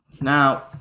Now